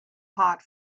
hot